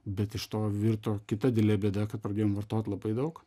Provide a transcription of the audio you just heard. bet iš to virto kita didelė bėda kad pradėjom vartot labai daug